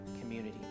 community